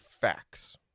facts